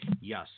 Yes